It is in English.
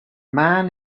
man